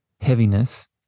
heaviness